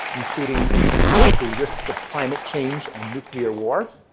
including the risks of climate change and nuclear war,